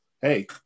hey